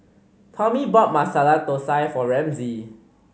Tommy bought Masala Thosai for Ramsey